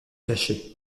cacher